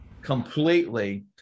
completely